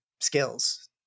skills